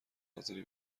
حاضری